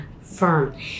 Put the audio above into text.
firm